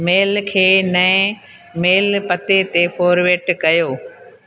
मेल खे नएं मेल पते ते फॉरवट कयो